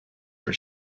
for